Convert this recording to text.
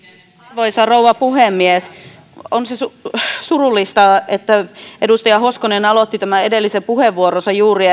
arvoisa rouva puhemies on se surullista että edustaja hoskonen aloitti edellisen puheenvuoronsa juuri